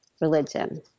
religion